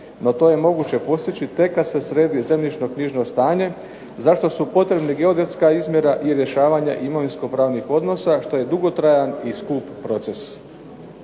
No to je moguće postići tek kada se sredi zemljišno-knjižno stanje za što su potrebni geodetska izmjera i rješavanje imovinsko-pravnih odnosa što je dugotrajan i skup proces.